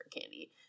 Candy